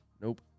Nope